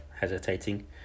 hesitating